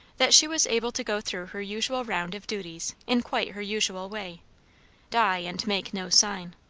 that she was able to go through her usual round of duties in quite her usual way die and make no sign.